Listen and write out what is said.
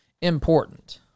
important